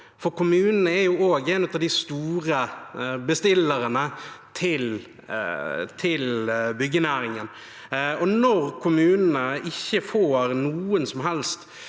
for kommunene er en av de store bestillerne til byggenæringen. Når kommunene ikke får noen som helst